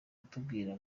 kutubwira